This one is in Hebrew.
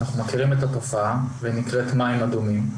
אנחנו מכירים את התופעה, היא נקראת מים אדומים.